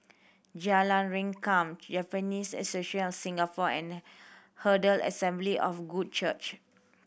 Jalan Rengkam Japanese Association of Singapore and Herald Assembly of Good Church